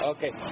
Okay